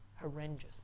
horrendous